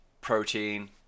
protein